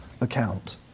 account